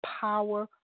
power